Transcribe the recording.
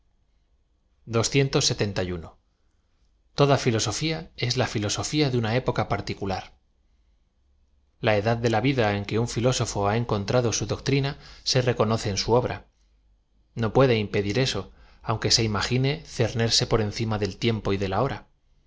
l toda filosofia es la filosofía de una época p a r iicm lar l a edad de la vida en que un filósofo ha encontrado bu doctrina se reconoce en su obra no puede impedir eso aunque se imagine cernerse por encima del tiem po y de la hora